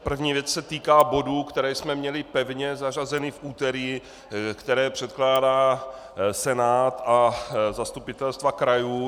První věc se týká bodů, které jsme měli pevně zařazeny v úterý, které předkládá Senát a zastupitelstva krajů.